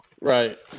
right